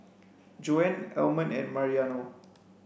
Joan Almon and Mariano